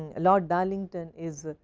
and lord darlington is